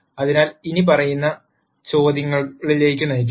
അതിനാൽ ഇത് ഇനിപ്പറയുന്ന ചോദ്യങ്ങളിലേക്ക് നയിക്കും